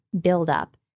buildup